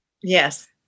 Yes